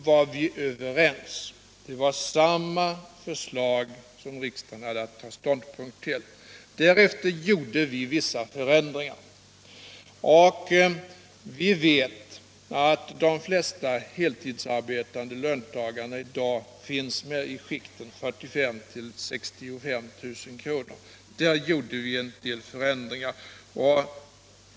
var vi överens — där hade riksdagen att ta ställning till samma förslag från båda hållen. Vi vet att de flesta heltidsarbetande löntagarna i dag finns i löneskiktet 45 000-65 000 kr. om året. Där föreslog vi en del förändringar.